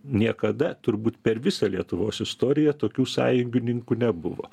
niekada turbūt per visą lietuvos istoriją tokių sąjungininkų nebuvo